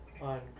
on